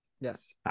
Yes